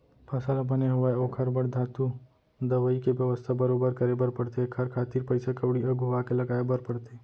फसल ह बने होवय ओखर बर धातु, दवई के बेवस्था बरोबर करे बर परथे एखर खातिर पइसा कउड़ी अघुवाके लगाय बर परथे